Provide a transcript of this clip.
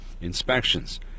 inspections